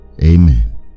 Amen